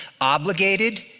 obligated